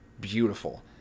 beautiful